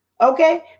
Okay